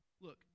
Look